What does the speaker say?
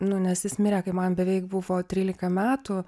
nes jis mirė kai man beveik buvo trylika metų